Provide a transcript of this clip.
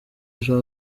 ejo